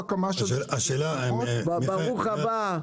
ברוך הבא,